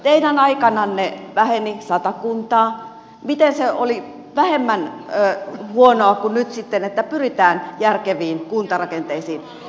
teidän aikananne väheni sata kuntaa miten se oli vähemmän huonoa kuin nyt sitten tämä että pyritään järkeviin kuntarakenteisiin